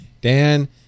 dan